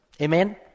Amen